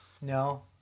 no